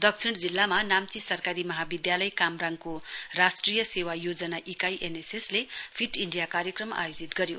दक्षिण जिल्लामा नाम्ची सरकारी महाविधालय कामराङ को राष्ट्रिय सेवा योजना इकाइ एनएसएस ले फिट इण्डिया कार्यक्रम आयोजित गर्यो